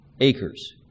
acres